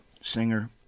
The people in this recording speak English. singer